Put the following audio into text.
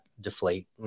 deflate